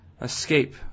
escape